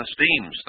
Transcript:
esteems